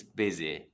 busy